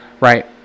Right